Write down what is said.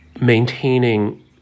maintaining